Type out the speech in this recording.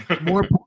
More